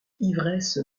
ivresse